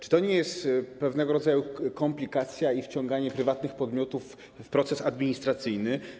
Czy to nie jest pewnego rodzaju komplikacja i wciąganie prywatnych podmiotów w proces administracyjny?